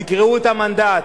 תקראו את המנדט.